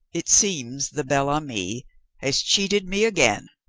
it seems the bel ami has cheated me again.